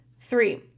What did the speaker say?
Three